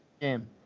game